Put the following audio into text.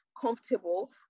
comfortable